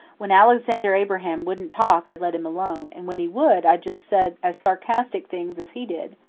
when alexander abraham wouldn't talk i let him alone and when he would i just said as sarcastic things as he did,